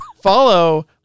Follow